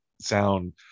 sound